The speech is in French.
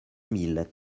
mille